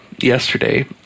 yesterday